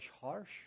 harsh